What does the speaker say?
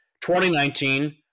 2019